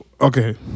Okay